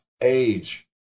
age